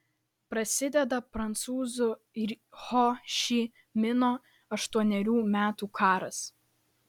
prasideda prancūzų ir ho ši mino aštuonerių metų karas